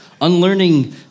unlearning